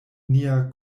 nia